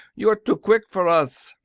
you are too quick for us.